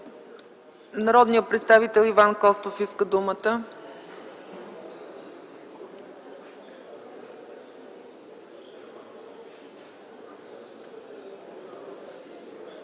Народният представител Иван Костов иска думата.